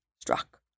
struck